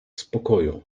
spokoju